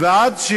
ועד,